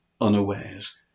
unawares